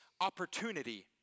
opportunity